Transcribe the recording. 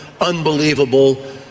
unbelievable